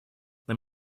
let